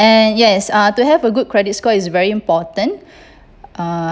and yes uh to have a good credit score is very important uh